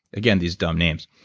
again, these dumb names.